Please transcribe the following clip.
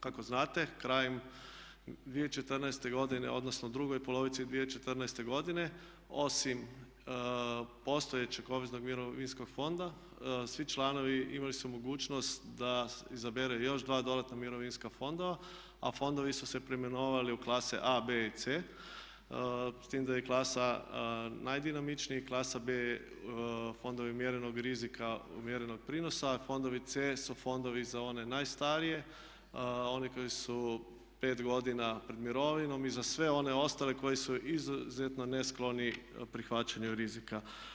Kako znate krajem 2014. godine odnosno u drugoj polovici 2014. godine osim postojećeg obveznog mirovinskog fonda svi članovi imali su mogućnost da izaberu još dva dodatna mirovinska fonda, a fondovi su se preimenovali u klase A, B i C. S tim da je klasa najdinamičniji klasa B fondovi mjerenog rizika i mjerenog prinosa, a fondovi C su fondovi za one najstarije, one koji su 5 godina pred mirovinom i za sve one ostale koji su izuzetno neskloni prihvaćanju rizika.